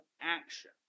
action